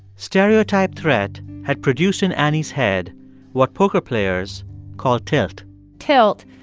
stereotype threat had produced in annie's head what poker players call tilt tilt,